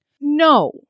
no